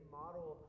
model